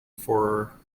for